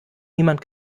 niemand